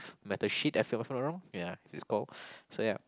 metal sheet if if I'm not wrong ya is called so ya